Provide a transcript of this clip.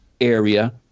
area